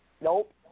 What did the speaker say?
Nope